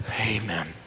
Amen